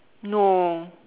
no